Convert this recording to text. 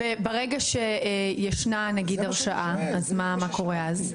ונגיד ברגע שישנה הרשעה, אז מה קורה אז?